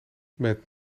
met